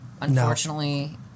Unfortunately